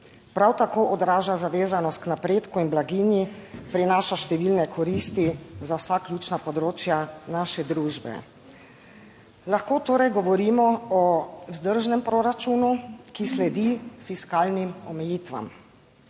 Prav tako odraža zavezanost k napredku in blaginji. Prinaša številne koristi za vsa ključna področja naše družbe. Lahko torej govorimo o vzdržnem proračunu, ki sledi fiskalnim omejitvam